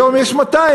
היום יש 200,